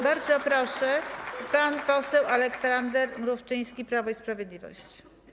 Bardzo proszę, pan poseł Aleksander Mrówczyński, Prawo i Sprawiedliwość.